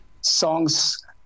songs